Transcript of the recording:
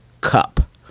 cup